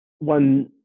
One